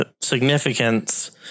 significance